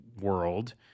world